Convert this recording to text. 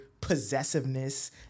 possessiveness